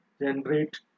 generate